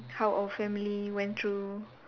how our family went through